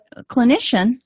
clinician